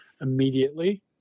immediately